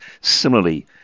similarly